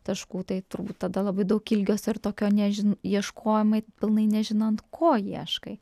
taškų tai turbūt tada labai daug ilgesio ir tokio nežin ieškojimai pilnai nežinant ko ieškai